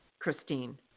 Christine